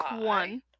one